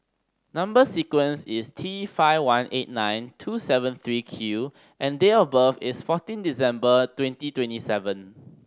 number sequence is T five one eight nine two seven three Q and date of birth is fourteen December twenty twenty seven